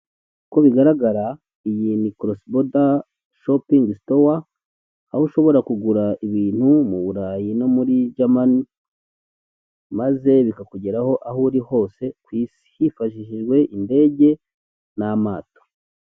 Uko bigaragara iyi ni Cross Border Shopping Store, aho ushobora kugura ibintu mu Burayi no muri Germany, maze bikakugeraho aho uri hose ku isi hifashishijwe indege n'amato.